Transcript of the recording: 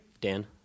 Dan